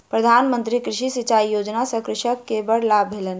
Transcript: प्रधान मंत्री कृषि सिचाई योजना सॅ कृषक के बड़ लाभ भेलैन